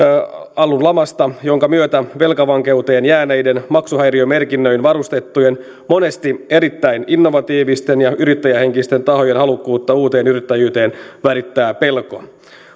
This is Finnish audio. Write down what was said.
alun lamasta jonka myötä velkavankeuteen jääneiden maksuhäiriömerkinnöin varustettujen monesti erittäin innovatiivisten ja yrittäjähenkisten tahojen halukkuutta uuteen yrittäjyyteen värittää pelko